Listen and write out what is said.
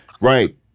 Right